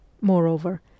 moreover